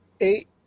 Eight